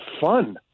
fun